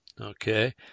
okay